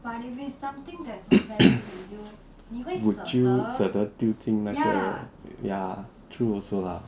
would you 舍得丢进那个 ya true also lah